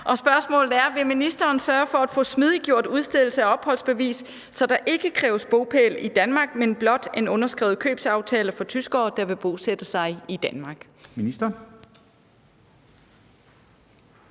Og spørgsmålet er: Vil ministeren sørge for at få smidiggjort udstedelse af opholdsbevis, så der ikke kræves bopæl i Danmark, men blot en underskrevet købsaftale, for tyskere, der vil bosætte sig i Danmark?